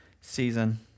season